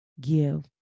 give